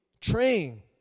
train